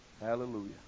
Hallelujah